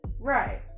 Right